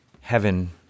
heaven